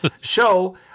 show